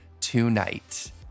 tonight